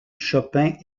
chopin